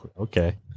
okay